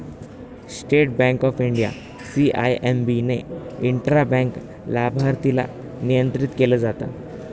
state Bank of India, CIMB ने intra bank लाभार्थीला नियंत्रित केलं जात